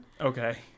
Okay